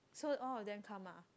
so all of them come ah